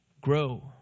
Grow